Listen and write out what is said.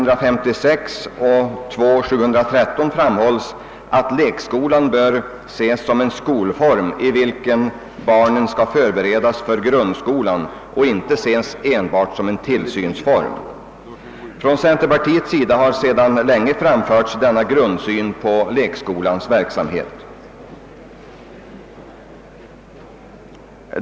redas för grundskolan, och inte ses enbart som en tillsynsform. Från centerpartiets sida har sedan länge framförts denna grundsyn på lekskolans verksamhet.